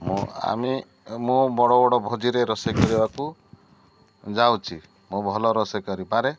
ମୁଁ ଆମେ ମୁଁ ବଡ଼ ବଡ଼ ଭୋଜିରେ ରୋଷେଇ କରିବାକୁ ଯାଉଛି ମୁଁ ଭଲ ରୋଷେଇ କରିପାରେ